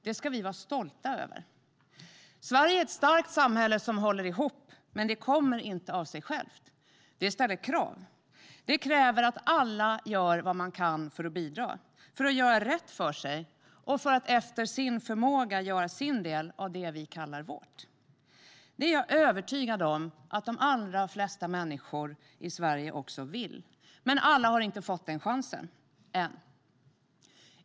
Det ska vi vara stolta över. Sverige är ett starkt samhälle som håller ihop. Men det kommer inte av sig självt. Det ställer krav. Det kräver att alla gör vad de kan för att bidra, för göra rätt för sig och för att efter sin förmåga göra sin del av det vi kallar vårt. Det är jag övertygad om att de allra flesta människor i Sverige vill, men alla har inte fått den chansen, ännu.